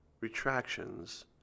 retractions